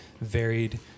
varied